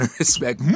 respect